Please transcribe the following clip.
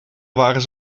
waren